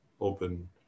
open